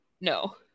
no